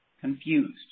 confused